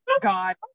God